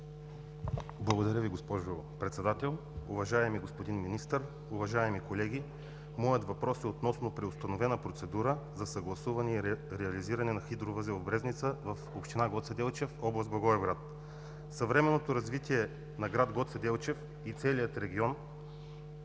Благодаря Ви, госпожо Председател Уважаеми господин Министър, уважаеми колеги! Моят въпрос е относно преустановена процедура за съгласуване и реализиране на Хидровъзел „Брезница“ в община Гоце Делчев, област Благоевград. Съвременното развитие на град Гоце Делчев и целия регион,